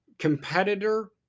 competitor